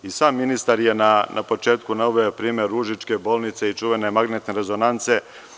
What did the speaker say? I sam ministar je na početku naveo primer Užičke bolnice i čuvene magnentne rezonance.